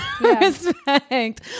respect